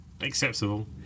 Acceptable